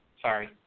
Sorry